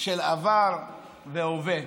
של עבר והווה.